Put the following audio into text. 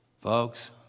Folks